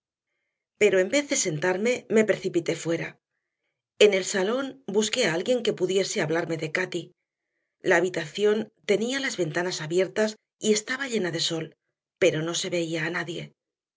pero en vez de sentarme me precipité fuera en el salón busqué a alguien que pudiese hablarme de cati la habitación tenía las ventanas abiertas y estaba llena de sol pero no se veía a nadie